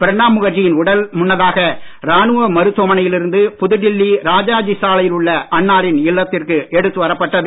பிரணாப் முகர்ஜியின் உடல் முன்னதாக ராணுவ மருத்துவமனையில் இருந்து புதுடில்லி ராஜாஜி சாலையில் உள்ள அன்னாரின் இல்லத்திற்கு எடுத்து வரப்பட்டது